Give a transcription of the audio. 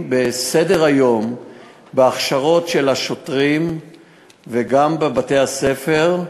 בסדר-היום בהכשרות של השוטרים וגם בבתי-הספר.